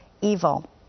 evil